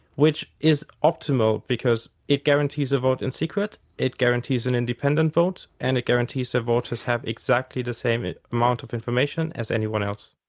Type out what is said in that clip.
which is optimal because it guarantees a vote in secret, it guarantees an independent vote and it guarantees the voters have exactly the same amount of information as anyone else.